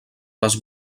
les